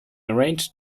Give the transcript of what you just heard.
arrange